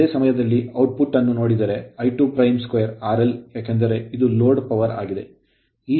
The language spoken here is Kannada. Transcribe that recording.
ಅದೇ ಸಮಯದಲ್ಲಿ ಔಟ್ ಪುಟ್ ಅನ್ನು ನೋಡಿದರೆ I22 RL ಏಕೆಂದರೆ ಇದು ಲೋಡ್ ಪವರ್ ಆಗಿದೆ